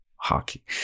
hockey